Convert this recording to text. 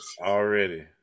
already